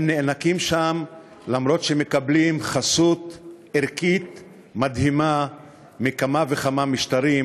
הם נאנקים שם למרות שמקבלים חסות ערכית מדהימה מכמה וכמה משטרים,